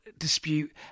dispute